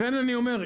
לכן אני אומר,